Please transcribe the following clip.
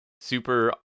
super